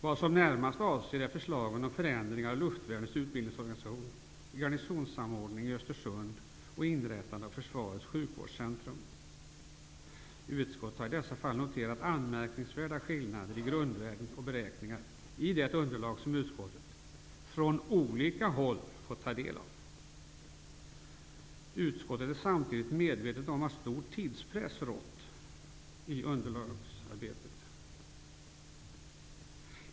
Vad som närmast avses är förslagen om förändringar av luftvärnets utbildningsorganisation, garnisonssamordning i Östersund och inrättandet av Försvarets sjukvårdscentraum. Utskottet har i dessa fall noterat anmärkningsvärda skillnader i grundvärden och beräkningar i det underlag som utskottet från olika håll fått ta del av. Utskottet är samtidigt medvetet om att stor tidspress rått i underlagsarbetet.